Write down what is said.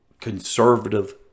conservative